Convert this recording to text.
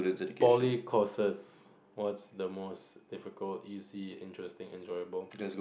poly courses what's the most difficult easy interesting enjoyable